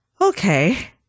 okay